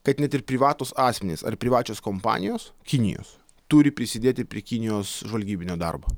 kad net ir privatūs asmenys ar privačios kompanijos kinijos turi prisidėti prie kinijos žvalgybinio darbo